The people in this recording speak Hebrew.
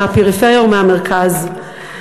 מהפריפריה ומהמרכז.